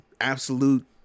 absolute